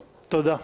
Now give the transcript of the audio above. תודה.